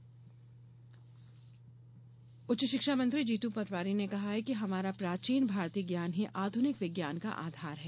जीतू पटवारी उच्च शिक्षा मंत्री जीतू पटवारी ने कहा है कि हमारा प्राचीन भारतीय ज्ञान ही आधुनिक विज्ञान का आधार है